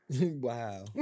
Wow